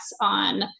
on